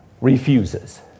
refuses